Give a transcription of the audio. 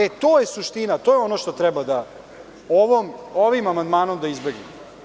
E to je suština, to je ono što treba ovim amandmanom da izbegnemo.